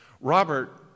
Robert